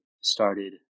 started